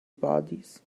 bodies